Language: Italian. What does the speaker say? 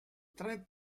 tre